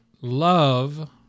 love